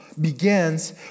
begins